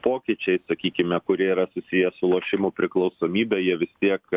pokyčiai sakykime kurie yra susiję su lošimų priklausomybe jie vis tiek